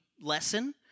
lesson